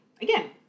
again